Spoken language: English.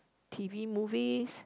t_v movies